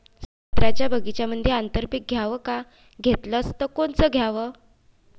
संत्र्याच्या बगीच्यामंदी आंतर पीक घ्याव का घेतलं च कोनचं घ्याव?